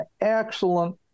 excellent